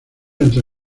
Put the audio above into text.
entre